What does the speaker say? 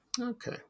Okay